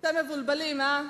אתם מבולבלים, אה?